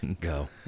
go